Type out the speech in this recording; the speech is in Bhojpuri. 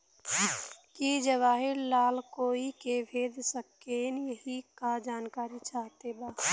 की जवाहिर लाल कोई के भेज सकने यही की जानकारी चाहते बा?